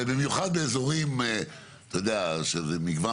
במיוחד זה קורה באזורים בהם יש מגוון